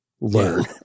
learn